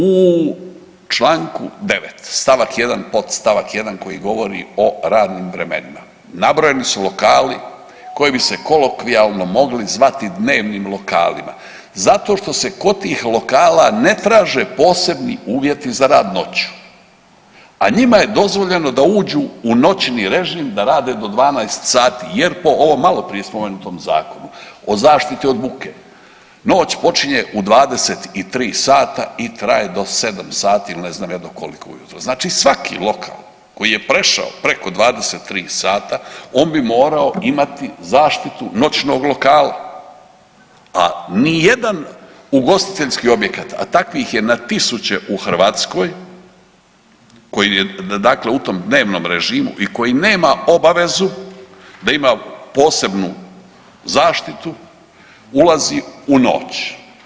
U čl. 9. st. 1. podstavak 1. koji govori o radnim vremenima, nabrojeni su lokali koji bi se kolokvijalno mogli zvati dnevnim lokalima zato što se kod tih lokala ne traže posebni uvjeti za rad noću, a njima je dozvoljeno da uđu u noćni režim da rade do 12 sati jer po ovom maloprije spomenutom Zakonu o zaštiti od buke noć počinje u 23 sata i traje do 7 sati ili ne znam je do koliko ujutro, znači svaki lokal koji je prešao preko 23 sata on bi morao imati zaštitu noćnog lokala, a nijedan ugostiteljski objekat, a takvih je na tisuće u Hrvatskoj koji je u tom dnevnom režimu i koji nema obavezu da ima posebnu zaštitu ulazi u noć.